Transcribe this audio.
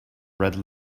red